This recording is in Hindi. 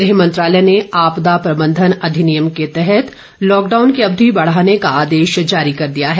गृह मंत्रालय ने आपदा प्रबंधन अधिनियम के तहत लॉकडाउन की अवधि बढ़ाने का आदेश जारी कर दिया है